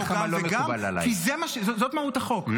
אני אגיד לך מה לא מקובל עליי --- כי זו מהות החוק.